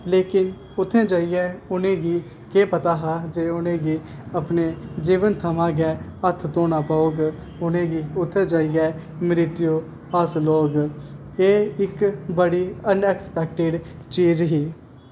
लेकिन उत्थें जाइयै उनेंगी केह् पता हा की उनेंगी उत्थें अपने जीवन थमां गै हत्थ धोना पौग उनेंगी उत्थें जाइयै मृत्यु हासल होग एह् इक्क बड़ी अनअक्सपैक्टेड चीज़ ही